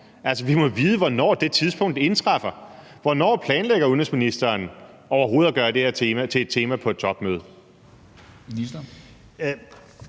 Altså, vi må vide, hvornår det tidspunkt indtræffer. Hvornår planlægger udenrigsministeren overhovedet at gøre det her til et tema på et topmøde?